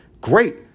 Great